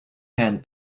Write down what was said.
hand